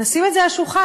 נשים את זה על השולחן,